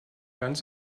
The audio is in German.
ganz